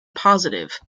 positive